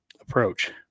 approach